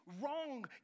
wrong